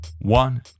One